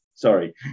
Sorry